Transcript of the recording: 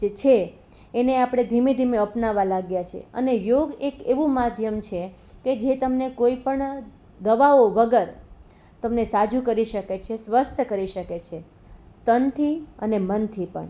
જે છે એને આપણે ધીમે ધીમે અપનાવવા લાગ્યા છીએ અને યોગ એક એવું માધ્યમ છે કે જે તમને કોઈ પણ દવાઓ વગર તમને સાજું કરી શકે છે સ્વસ્થ કરી શકે છે તનથી અને મનથી પણ